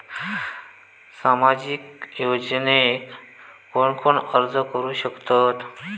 सामाजिक योजनेक कोण कोण अर्ज करू शकतत?